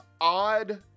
odd